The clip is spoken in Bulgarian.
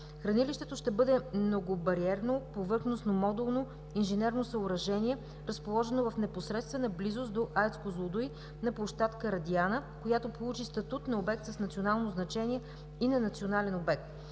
Хранилището ще бъде многобариерно, повърхностно, модулно инженерно съоръжение, разположено в непосредствена близост до АЕЦ „Козлодуй“ на площадка „Радиана“, която получи статут на обект с национално значение и на национален обект.